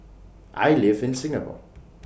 I live in Singapore